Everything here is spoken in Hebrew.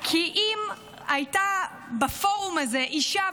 כי אם הייתה בפורום הזה אישה,